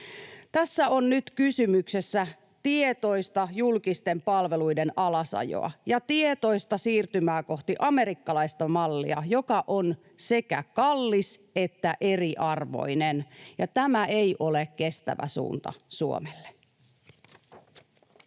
Tässä on nyt kysymyksessä tietoista julkisten palveluiden alasajoa ja tietoista siirtymää kohti amerikkalaista mallia, joka on sekä kallis että eriarvoinen, ja tämä ei ole kestävä suunta Suomelle.